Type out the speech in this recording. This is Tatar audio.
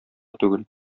түгел